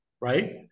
right